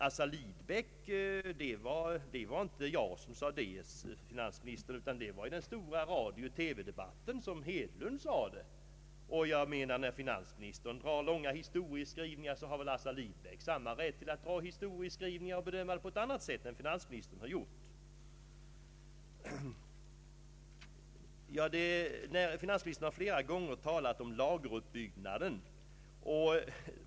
Assar Lindbecks uttalande var det inte jag som nämnde först, utan det var herr Hedlund som gjorde detta i den stora radiooch TV-debatten. När finansministern gör långa historiebeskrivningar, så har väl Assar Lindbeck samma rätt och även rätt att göra andra bedömningar än dem finansministern har gjort. Finansministern har flera gånger talat om lageruppbyggnaden.